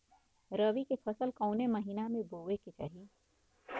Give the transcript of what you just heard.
रबी की फसल कौने महिना में बोवे के चाही?